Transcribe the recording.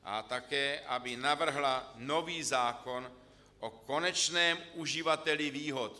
A také aby navrhla nový zákon o konečném uživateli výhod.